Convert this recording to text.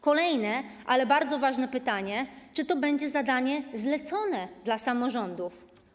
Kolejne, bardzo ważne pytanie: Czy to będzie zadanie zlecone dla samorządów?